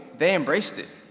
they embraced it,